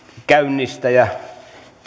käynnistäjä